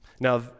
Now